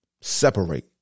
Separate